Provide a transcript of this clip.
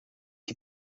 que